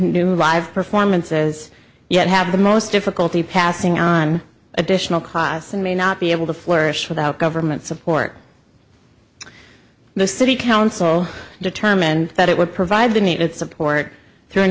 new live performances yet have the most difficulty passing on additional costs and may not be able to flourish without government support the city council determined that it would provide the needed support through an